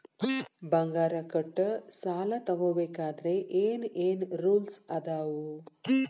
ಬಂಗಾರ ಕೊಟ್ಟ ಸಾಲ ತಗೋಬೇಕಾದ್ರೆ ಏನ್ ಏನ್ ರೂಲ್ಸ್ ಅದಾವು?